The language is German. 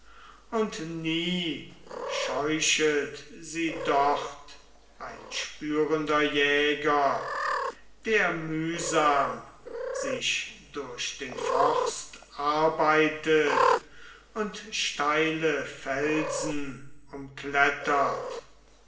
und nie scheuchet sie dort ein spürender jäger der mühsam sich durch den forst arbeitet und steile felsen umklettert